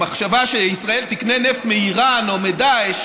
המחשבה שישראל תקנה נפט מאיראן או מדאעש